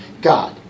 God